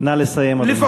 נא לסיים, אדוני.